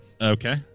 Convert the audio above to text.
Okay